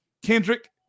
Kendrick